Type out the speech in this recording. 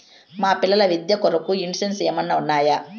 మా పిల్లల విద్య కొరకు ఇన్సూరెన్సు ఏమన్నా ఉన్నాయా?